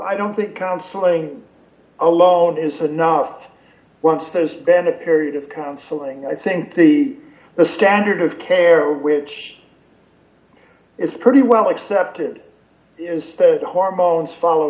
i don't think counseling alone is enough once those then a period of counseling i think the the standard of care which is pretty well accepted as the hormones follow